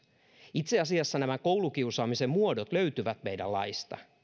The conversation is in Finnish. itse asiassa nämä koulukiusaamisen muodot löytyvät meidän laista